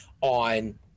on